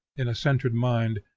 in a centred mind,